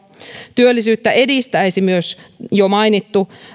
työllisyyttä edistäisi myös jo mainittu